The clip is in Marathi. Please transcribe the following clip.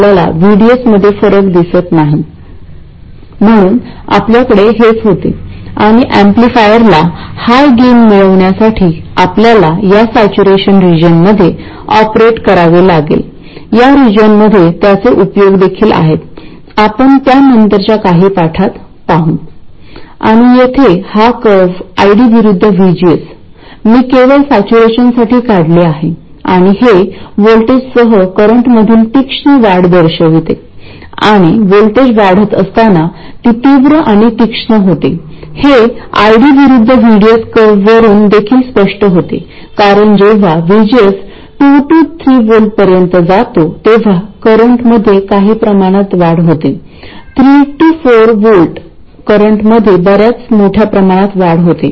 आपल्याला फक्त VGS ची योग्य वैल्यू अप्लाय करावी लागेल तर मूलत हा निगेटिव्ह फीडबॅक म्हणजे VGS समायोजित करण्याचा एक मार्ग आहे जे की ट्रान्झिस्टर पॅरामीटर्स मधील बदलांना उत्तर आहे